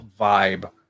vibe